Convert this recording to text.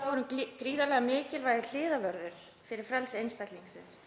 en hún er gríðarlega mikilvægur hliðarvörður fyrir frelsi einstaklingsins.